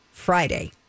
friday